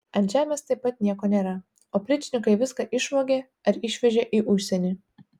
ant žemės taip pat nieko nėra opričnikai viską išvogė ar išvežė į užsienį